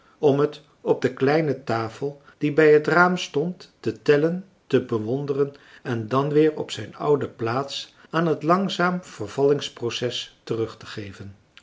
om het op de kleine tafel die bij het raam stond te tellen te bewonderen en dan weer op zijn oude plaats aan het langzaam vervallingsproces terugtegeven een